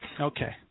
Okay